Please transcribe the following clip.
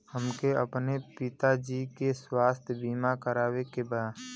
हमके अपने पिता जी के स्वास्थ्य बीमा करवावे के बा?